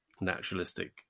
naturalistic